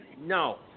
No